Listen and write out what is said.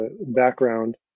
background